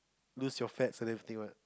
lose your fats and everything what